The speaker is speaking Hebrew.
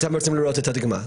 אתם רוצים לראות את הדגימה,